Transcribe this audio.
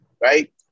right